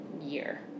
year